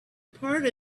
part